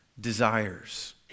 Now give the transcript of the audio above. desires